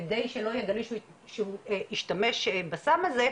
כדי שלא יגלו שהוא השתמש בסם הזה,